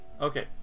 Okay